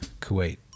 Kuwait